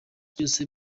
byose